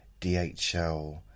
DHL